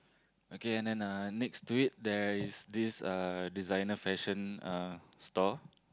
okay and then uh next to it there is this uh designer fashion uh store